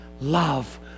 love